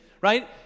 right